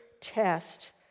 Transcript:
test